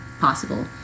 possible